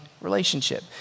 relationship